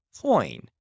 coin